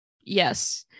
Yes